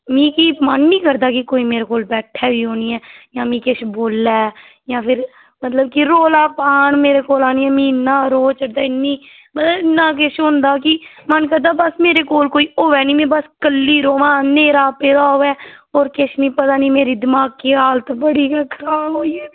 मिगी मन निं करदा की कोई मेरे कोल बैठे जां भी मिगी किश बोले जां भी रौला पान ते मिगी इन्ना रोह् चढ़दा इन्ना किश होंदा की कोई मेरे कोल निं बवै बस कल्ली रवां होर न्हेरा पेदा होऐ बस मेरे दमाकै दी हालत बड़ी खराब होई जंदी ऐ